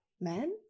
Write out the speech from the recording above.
Men